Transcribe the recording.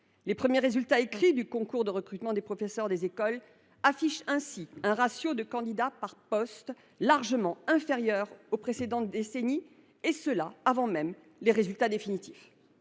Les premiers résultats des écrits du concours de recrutement des professeurs des écoles affichent ainsi un ratio de candidats par poste largement inférieur aux précédentes décennies, et ce avant même les résultats définitifs.